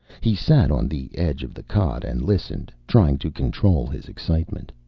he sat on the edge of the cot and listened, trying to control his excitement.